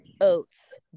oats